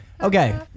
okay